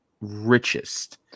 richest